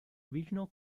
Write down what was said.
regional